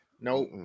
no